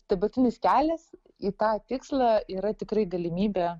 dabartinis kelias į tą tikslą yra tikrai galimybė